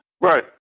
Right